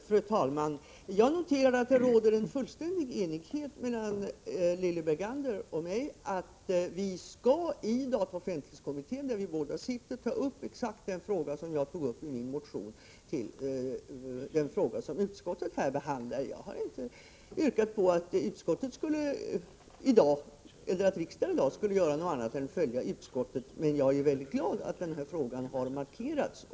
Fru talman! Jag noterar att det råder fullständig enighet mellan Lilly Bergander och mig om att vi skall i dataoch offentlighetskommittén, där vi båda sitter, ta upp den fråga som jag har tagit upp i min motion och som utskottet i detta betänkande behandlar. Jag har inte yrkat på annat än att riksdagen i dag skall följa utskottet. Jag är väldigt glad över att denna fråga har markerats.